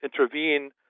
intervene